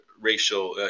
racial